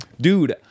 Dude